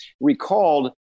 recalled